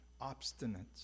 obstinance